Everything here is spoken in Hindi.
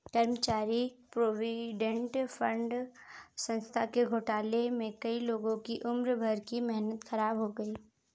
कर्मचारी प्रोविडेंट फण्ड संस्था के घोटाले में कई लोगों की उम्र भर की मेहनत ख़राब हो गयी